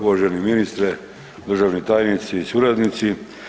Uvaženi ministre, državni tajnici, suradnici.